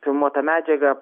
filmuotą medžiagą